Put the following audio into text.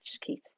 Keith